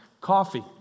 Coffee